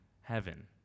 heaven